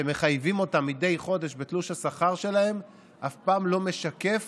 שמחייבים אותם בו מדי חודש בתלוש השכר שלהם אף פעם לא משקף